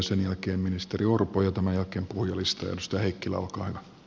sen jälkeen ministeri orpo ja tämän jälkeen puhujalistaan